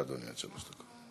בבקשה, אדוני, עד שלוש דקות.